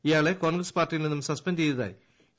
ഇയാളെ കോൺഗ്രസ് പാർട്ടയിൽ നിന്നും സസ്പെൻഡ് ചെയ്തതായി കെ